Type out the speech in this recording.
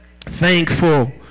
thankful